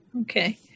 Okay